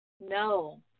No